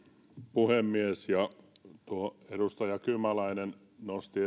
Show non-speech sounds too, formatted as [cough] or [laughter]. puhemies edustaja kymäläinen nosti [unintelligible]